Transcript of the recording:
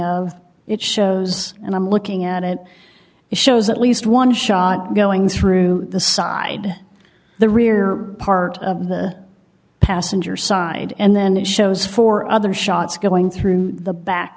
of it shows and i'm looking at it it shows at least one shot going through the side the rear part of the passenger side and then it shows four other shots going through the back